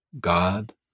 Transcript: god